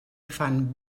fan